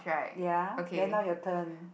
ya then now your turn